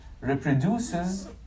reproduces